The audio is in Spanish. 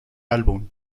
álbum